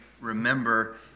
remember